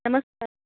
नमस्कार